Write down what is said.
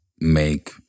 make